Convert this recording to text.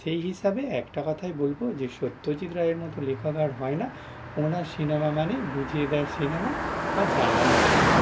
সেই হিসাবে একটা কথাই বলবো যে সত্যজিৎ রায়ের মতো লেখক আর হয় না ওনার সিনেমা মানে বুঝিয়ে দেয় সিনেমা বা জানানো সিনেমা